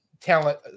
talent